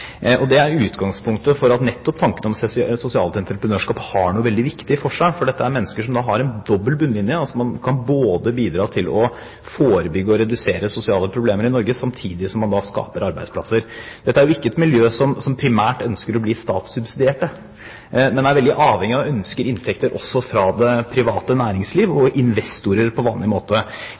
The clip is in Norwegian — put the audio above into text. Det er utgangspunktet for at nettopp tanken om sosialt entreprenørskap har noe veldig viktig for seg, for dette er mennesker som har en dobbel bunnlinje. Man kan bidra til å forebygge og redusere sosiale problemer i Norge samtidig som man skaper arbeidsplasser. Dette er ikke et miljø som primært ønsker å bli statssubsidiert, men er veldig avhengige av og ønsker inntekter også fra det private næringsliv og investorer på vanlig måte.